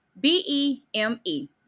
B-E-M-E